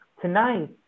tonight